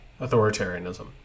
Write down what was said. authoritarianism